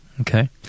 Okay